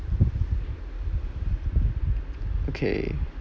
okay